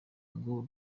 ngo